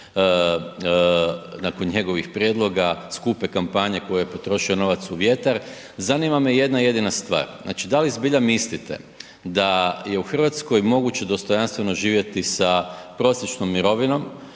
nakon njegovih prijedloga, skupe kampanje koji je potrošio novac u vjetar, zanima me jedna jedina stvar, znači da li zbilja mislite da je u RH moguće dostojanstveno živjeti sa prosječnom mirovinom